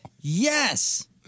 Yes